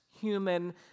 human